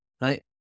right